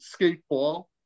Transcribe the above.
skateball